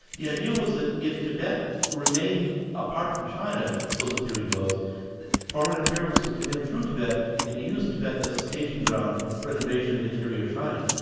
the idea was that if tibet remained apart from china, so the theory goes foreign imperialists would come in through tibet and use tibet as a staging ground for an invasion of interior china.